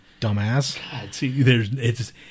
Dumbass